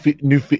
new